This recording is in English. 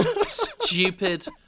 stupid